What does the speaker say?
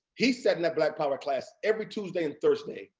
he sat in that black power class every tuesday and thursday.